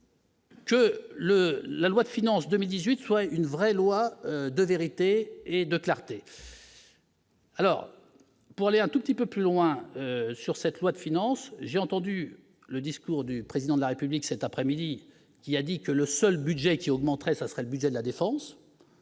Le la loi de finances 2018 soit une vraie loi de vérité et de clarté. Alors pour aller un tout petit peu plus loin sur cette loi de finances, j'ai entendu le discours du président de la République cet après-midi qui a dit que le seul budget qui augmenterait, ça serait le budget de la défense.